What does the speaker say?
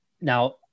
now